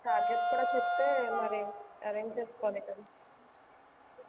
charges కూడా చెప్తే మరి అరేంజ్ చేసుకోవాలి కదా